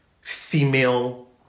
female